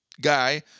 guy